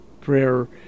prayer